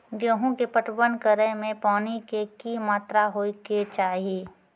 गेहूँ के पटवन करै मे पानी के कि मात्रा होय केचाही?